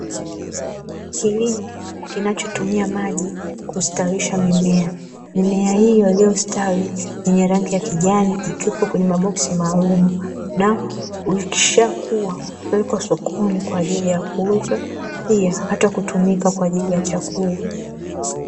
Kilimo kinachotumia maji kustawisha mimea. Mimea hiyo iliyostawi yenye rangi ya kijani ikiwepo kwenye maboksi maalumu, na ikishakuwa hupelekwa sokoni kwa ajili ya kuuzwa pia hata kutumika kwa ajili ya chakula.